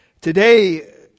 Today